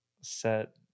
set